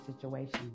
situation